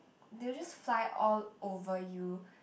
they will just fly all over you